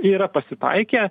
yra pasitaikę